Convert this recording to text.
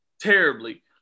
terribly